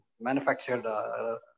manufactured